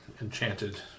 enchanted